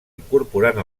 incorporant